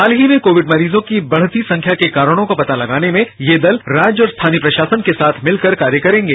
हाल ही में कोविड मरीजों की बढ़ती संख्या के कारणों का पता लगाने में ये दल राज्य और स्थानीय प्रशासन के साथ मिलकर कार्य करेंगे